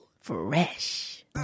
Fresh